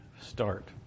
start